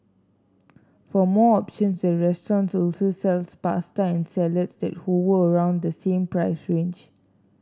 for more options the restaurant also sells pasta and salads that hover around the same price range